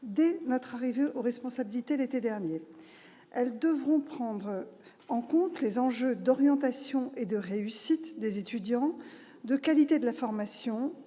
dès notre arrivée aux responsabilités, l'été dernier. Elles devront prendre en compte les enjeux d'orientation et de réussite des étudiants, de qualité de la formation,